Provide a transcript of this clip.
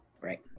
Right